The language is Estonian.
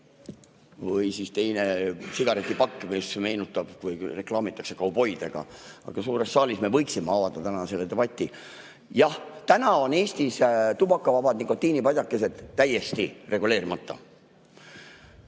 Või siis teine on sigaretipakk, mida reklaamitakse kauboidega. Aga suures saalis me võiksime avada täna selle debati. Jah, täna on Eestis tubakavabad nikotiinipadjakesed täiesti reguleerimata.